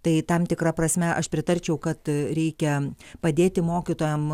tai tam tikra prasme aš pritarčiau kad reikia padėti mokytojam